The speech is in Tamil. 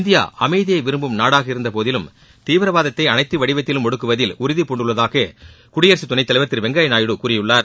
இந்தியா அமைதியை விரும்பும் நாடாக இருந்தபோதிலும் தீவிரவாதத்தை அனைத்து வடிவத்திலும் ஒடுக்குவதில் உறுதிபூண்டுள்ளதாக குடியரசுத் துணைத் தலைவர் திரு வெங்கப்யா நாயுடு கூறியுள்ளார்